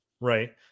Right